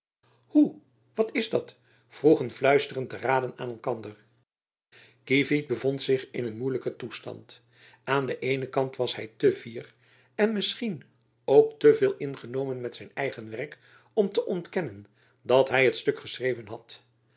hoe wat is dat vroegen fluisterend de raden aan elkander kievit bevond zich in een moeielijken toestand aan den eenen kant was hy te fier en misschien ook te veel ingenomen met zijn eigen werk om te ontkennen dat hy het stuk geschreven had